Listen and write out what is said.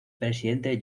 presidente